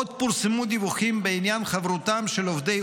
עוד פורסמו דיווחים בעניין חברותם של עובדי